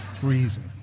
freezing